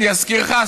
אני אזכיר לך,